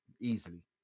easily